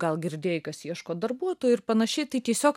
gal girdėjai kas ieško darbuotojų ir panašiai tai tiesiog